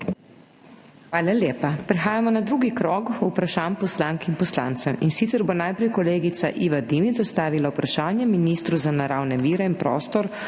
Hvala lepa. Prehajamo na drugi krog vprašanj poslank in poslancev, in sicer bo najprej kolegica Iva Dimic zastavila vprašanje ministru za naravne vire in prostor,